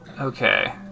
Okay